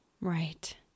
Right